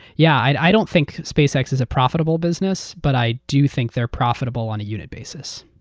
yeah i i don't think spacex is a profitable business, but i do think they're profitable on a unit basis.